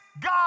God